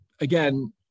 again